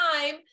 time